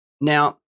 Now